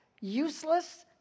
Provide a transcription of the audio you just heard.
useless